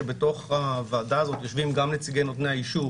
שבתוך הוועדה הזאת יושבים גם נציגי נותני האישור